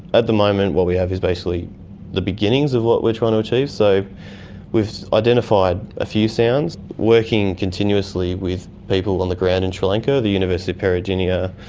at the moment what we have is basically the beginnings of what we're trying to achieve. so we've identified a few sounds. working continuously with people on the ground in sri lanka, the university of peradeniya,